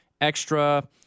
extra